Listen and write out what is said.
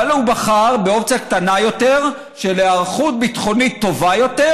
אבל הוא בחר באופציה קטנה יותר של היערכות ביטחונית טובה יותר,